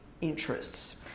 interests